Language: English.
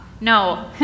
No